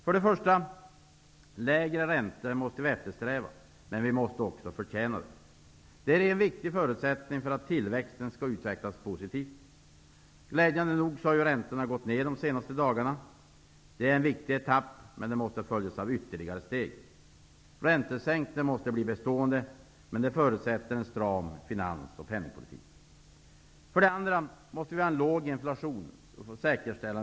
För det första måste lägre räntor eftersträvas, men vi måste också förtjäna dem. Det är en viktig förutsättning för att tillväxten skall utvecklas positivt. Räntorna har glädjande nog gått ned de senaste dagarna. Det är en viktig etapp, men den måste följas av ytterligare steg. Räntesänkningen måste bli bestående, vilket förutsätter en stram finans och penningpolitik. För det andra måste en låg inflation säkerställas.